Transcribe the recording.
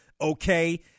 okay